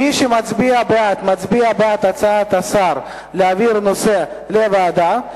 מי שמצביע בעד מצביע בעד הצעת השר להעביר את הנושא לוועדה.